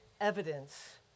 evidence